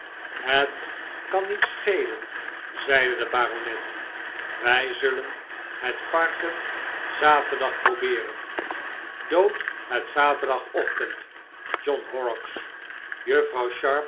het kan niet schelen zeide de baronet wij zullen het varken zaterdag probeeren dood het zaterdagochtend john horrocks juffrouw